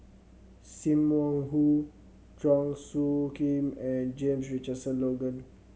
Sim Wong Hoo Chua Soo Khim and James Richardson Logan